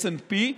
S&P,